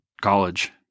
college